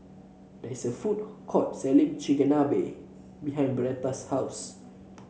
there is a food court selling Chigenabe behind Bernetta's house